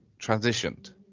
transitioned